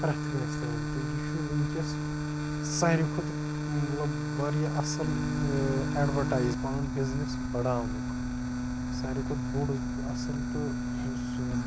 پرٛتھ کٲنٛسہِ تانۍ تہٕ یہٕ چھُ وِنکیٚس ساروے کھۄتہٕ مَطلَب واریاہ اَصٕل ایٚڑوَٹایَز پَنُن بِزنٮ۪س بَڑاونُک ساروے کھۄتہٕ بوٚڑ اَصٕل تہٕ یُس سُہ